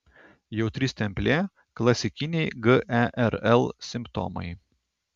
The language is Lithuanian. jautri stemplė klasikiniai gerl simptomai